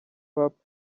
hop